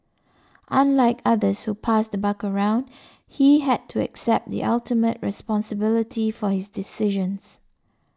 unlike others who passed the buck around he had to accept the ultimate responsibility for his decisions